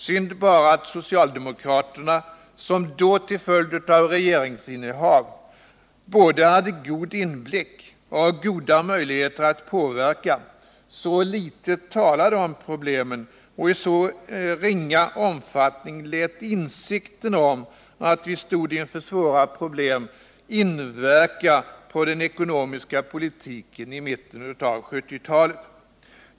Synd bara att socialdemokraterna, som då till följd av regeringsinnehav både hade god inblick och goda möjligheter att påverka, så litet talade om problemen och i så ringa omfattning lät insikten om att vi stod inför svåra problem inverka på den ekonomiska politiken i mitten av 1970-talet.